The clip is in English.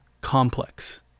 complex